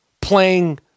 playing